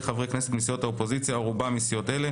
חברי כנסת מסיעות האופוזיציה או רובם מסיעות אלה,